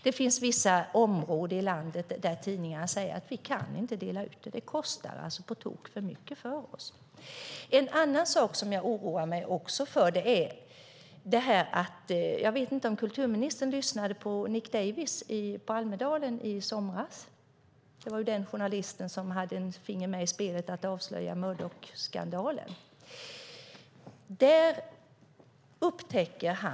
Det finns vissa områden i landet där man från tidningarna säger: Vi kan inte dela ut tidningen, för det kostar på tok för mycket för oss. Kulturministern kanske lyssnade på Nick Davies, som hade ett finger med i spelet i avslöjandet av Murdochskandalen, under Almedalsveckan i somras.